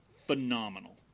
phenomenal